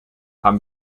haben